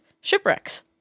shipwrecks